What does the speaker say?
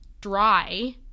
dry